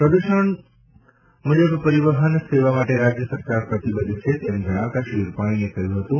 પ્રદૂષણ મુજબ પરિવહન સેવા માટે રાજ્ય સરકાર પ્રતિબદ્ધ છે તેમ જણાવતાં શ્રી રૂપાણીએ કહ્યું હતું